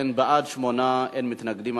אכן, בעד, 8, אין מתנגדים.